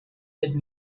with